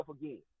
again